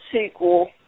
sequel